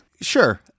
Sure